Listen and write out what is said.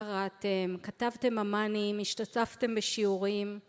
קראתם, כתבתם ממ"נים, השתתפתם בשיעורים..